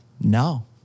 no